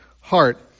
heart